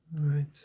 right